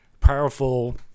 powerful